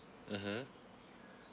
mmhmm